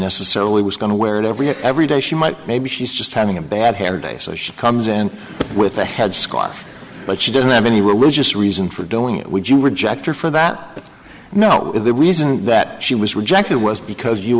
necessarily was going to wear it every day every day she might maybe she's just having a bad hair day so she comes in with a headscarf but she doesn't have any religious reason for doing it would you reject her for that no the reason that she was rejected was because you